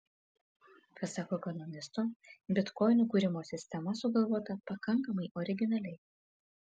pasak ekonomisto bitkoinų kūrimo sistema sugalvota pakankamai originaliai